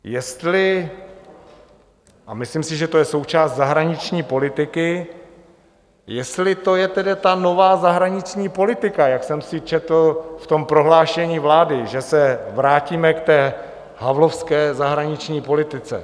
Jestli, a myslím si, že to je součást zahraniční politiky, jestli to je tedy ta nová zahraniční politika, jak jsem si četl v prohlášení vlády, že se vrátíme k té havlovské zahraniční politice?